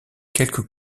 quelques